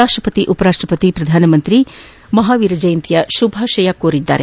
ರಾಷ್ಷಪತಿ ಉಪರಾಷ್ಷಪತಿ ಪ್ರಧಾನಮಂತ್ರಿ ಮಹಾವೀರ ಜಯಂತಿಯ ಶುಭಾಶಯ ಕೋರಿದ್ದಾರೆ